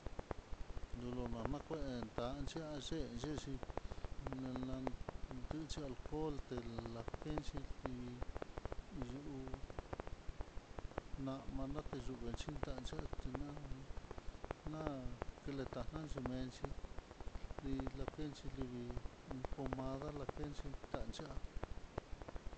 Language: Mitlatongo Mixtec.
Nululo nakué tan xhia x ixi, nalan texhi alcohol té lakenxhi livii, yuu nama nate yuvee, xhitanxhia tená ná kelentan nayu menxhi, li lakenxhi liyii pomada lakenxhi tanxhi'á.